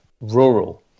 rural